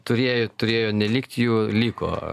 turėjo turėjo nelikt jų liko